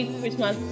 christmas